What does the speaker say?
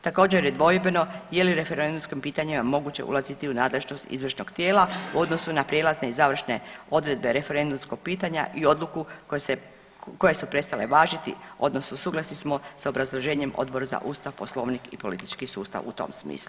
Također je dvojbeno je li referendumskim pitanjima moguće ulaziti u nadležnost izvršnog tijela u odnosu na prijelazne i završne odredbe referendumskog pitanja i odluku koje su prestale važiti, odnosno suglasni smo sa obrazloženjem Odbora za Ustav, Poslovnik i politički sustav u tom smislu.